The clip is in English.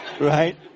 Right